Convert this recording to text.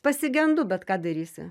pasigendu bet ką darysi